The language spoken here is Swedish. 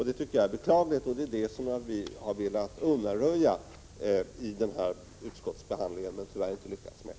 Det tycker jag är beklagligt, och det har vi velat undanröja vid utskottsbehandlingen men tyvärr inte lyckats med.